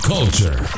Culture